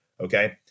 Okay